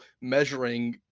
measuring